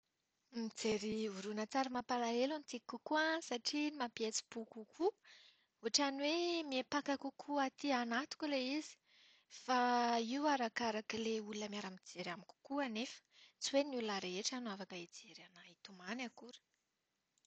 Mijery horonantsary mampalahelo no tiako kokoa satria iny mampihetsi-po kokoa, ohatran'ny hoe miampaka kokoa aty anatiko ilay izy. Fa io arakarak'ilay olona miara-mijery amiko koa anefa. Tsy hoe ny olona rehetra no afaka hijery anahy hitomany akory.